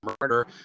murder